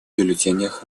бюллетенях